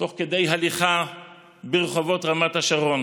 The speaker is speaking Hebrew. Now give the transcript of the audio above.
תוך כדי הליכה ברחובות רמת השרון,